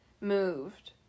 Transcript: moved